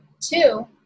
Two